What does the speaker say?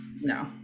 No